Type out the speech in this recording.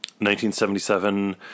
1977